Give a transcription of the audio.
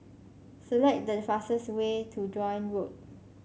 select the fastest way to Joan Road